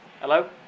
Hello